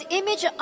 image